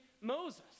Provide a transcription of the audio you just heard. moses